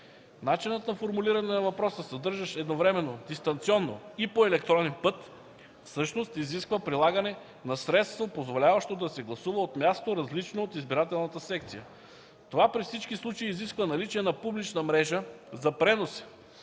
Начинът на формулиране на въпроса, съдържащ едновременно „дистанционно” и „по електронен път” всъщност изисква прилагане на средство, позволяващо да се гласува от място, различно от избирателната секция. Това при всички случаи изисква наличие на публична мрежа за пренос